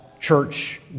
church